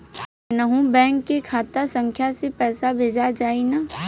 कौन्हू बैंक के खाता संख्या से पैसा भेजा जाई न?